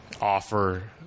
offer